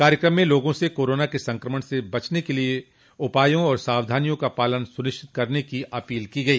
कार्यक्रम में लोगों से कोरोना के संक्रमण से बचने के लिये उपायों और सावधानियों का पालन सुनिश्चित करने की अपील की गई